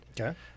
Okay